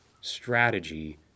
strategy